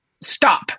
stop